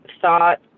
thought